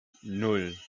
nan